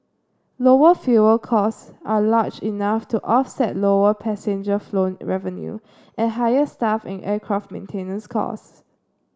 lower fuel costs are large enough to offset lower passenger flown revenue and higher staff and aircraft maintenance costs